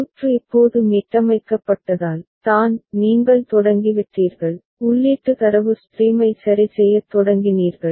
சுற்று இப்போது மீட்டமைக்கப்பட்டதால் தான் நீங்கள் தொடங்கிவிட்டீர்கள் உள்ளீட்டு தரவு ஸ்ட்ரீமை சரி செய்யத் தொடங்கினீர்கள்